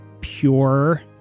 pure